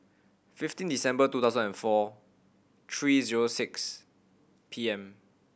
fifteen December two thousand and four three zero six P M